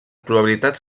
probabilitats